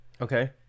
okay